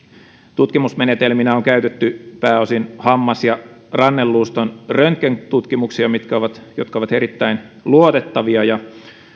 tutkimusmenetelminä on käytetty pääosin hammas ja ranneluuston röntgentutkimuksia jotka ovat erittäin luotettavia